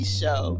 show